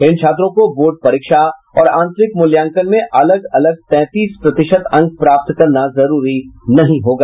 इन छात्रों को बोर्ड परीक्षा और आंतरिक मूल्यांकन में अलग अलग तैंतीस प्रतिशत अंक प्राप्त करना जरूरी नहीं होगा